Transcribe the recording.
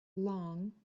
long